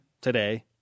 today